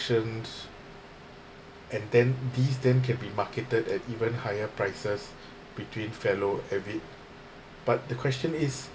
and then these then can be marketed at even higher prices between fellow avid but the question is